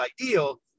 ideal